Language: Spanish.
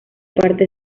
parte